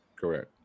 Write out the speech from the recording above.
Correct